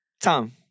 Tom